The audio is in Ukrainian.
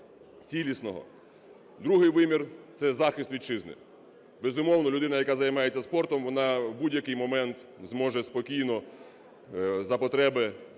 Другий вимір – це захист Вітчизни. Безумовно, людина, яка займається спортом, вона в будь-який момент зможе спокійно за потреби